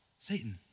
satan